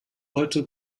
heute